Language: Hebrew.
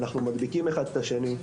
אנחנו מדביקים אחד את השני,